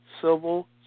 civil